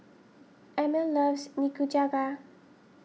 Emil loves Nikujaga